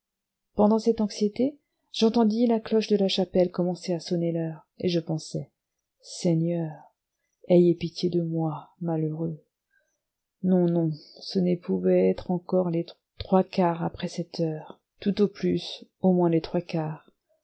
pendant cette anxiété j'entendis la cloche de la chapelle commencer à sonner l'heure et je pensais seigneur ayez pitié de moi malheureux non non ce ne pouvaient être encore les trois quarts après sept heures tout au plus au moins les trois quarts